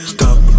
Stop